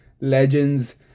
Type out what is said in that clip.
legends